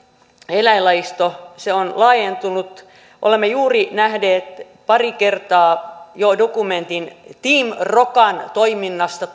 eläinlajisto on laajentunut olemme juuri nähneet pari kertaa jo dokumentin team rokan toiminnasta